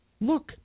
look